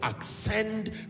ascend